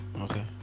okay